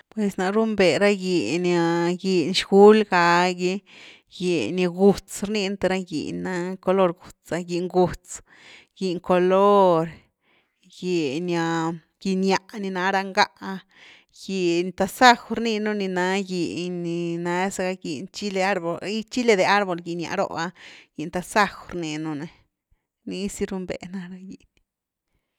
Pues na rube ra giny, giny xguly gagy, giny gutz rni nú th raq giny ná color gútz, giny gutz, giny color, giny ñia ni ná ra ngáh, giny tasaj rninu ni ná giny ni na zara giny chile de árbol-chile de árbol, giny ñia roh’a giny tasaj rninu ní, ni zy runbe na ra giny.